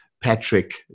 Patrick